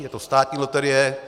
Je to státní loterie.